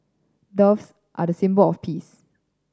doves are the symbol of peace